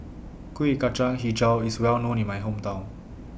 Kueh Kacang Hijau IS Well known in My Hometown